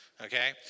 Okay